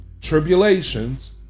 tribulations